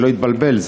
שלא יתבלבל,